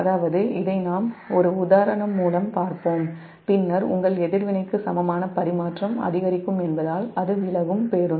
அதாவது இதை நாம் ஒரு உதாரணம் மூலம் பார்ப்போம் பின்னர் உங்கள் எதிர்வினைக்கு சமமான பரிமாற்றம் அதிகரிக்கும் என்பதால் அது விலகும் பஸ்